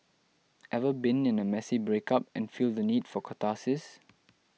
ever been in a messy breakup and feel the need for catharsis